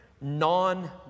non